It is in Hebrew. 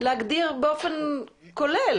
להגדיר באופן כולל.